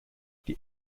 die